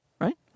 Right